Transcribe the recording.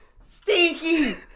stinky